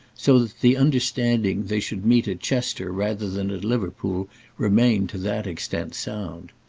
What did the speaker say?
so that the understanding they should meet at chester rather than at liverpool remained to that extent sound.